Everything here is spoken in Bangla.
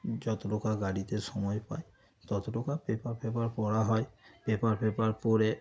যতটুকু গাড়িতে সময় পাই ততটুকু পেপার পেপার পড়া হয় পেপার পেপার পড়ে